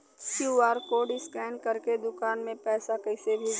QR code scan करके दुकान में पैसा कइसे भेजी?